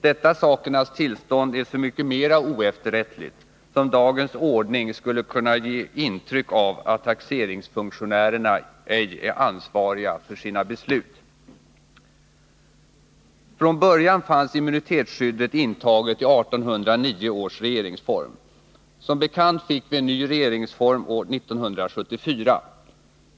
Detta sakernas tillstånd är så mycket mera oefterrättligt som dagens ordning skulle kunna ge intryck av att taxeringsfunktionärerna ej är ansvariga för sina beslut. Från början fanns immunitetsskyddet intaget i 1809 års regeringsform. Som bekant fick vi en ny regeringsform år 1974.